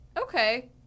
Okay